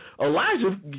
Elijah